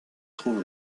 trouve